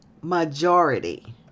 majority